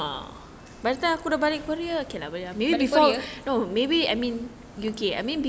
you went before